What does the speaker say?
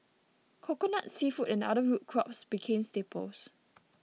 Coconut Seafood and other root crops became staples